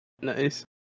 Nice